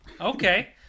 Okay